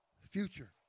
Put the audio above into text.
future